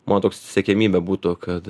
mano toks siekiamybė būtų kad